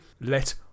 let